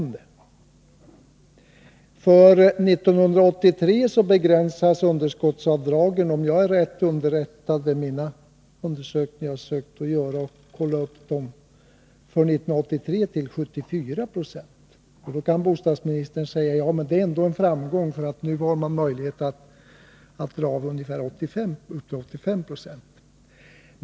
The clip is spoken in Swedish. För år 1983 begränsas underskottsavdragen — om mina undersökningar har lett fram till rätt besked —- till 74 20. Då kan bostadsministern säga: Det är ändå en framgång, eftersom det nu finns möjlighet att dra av ungefär 85 Jo.